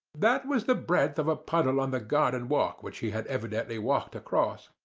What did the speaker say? that was the breadth of a puddle on the garden walk which he had evidently walked across.